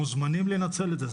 אתם מוזמנים לנצל את זה,